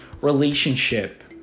relationship